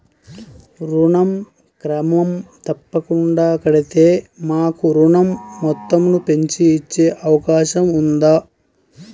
ఋణం క్రమం తప్పకుండా కడితే మాకు ఋణం మొత్తంను పెంచి ఇచ్చే అవకాశం ఉందా?